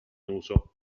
uso